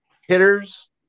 hitters